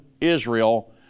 Israel